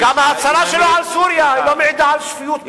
גם ההצהרה שלו על סוריה לא מעידה על שפיות בדיוק.